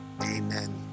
Amen